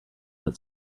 that